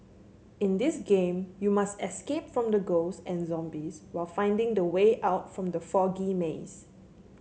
in this game you must escape from the ghosts and zombies while finding the way out from the foggy maze